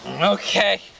Okay